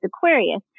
Aquarius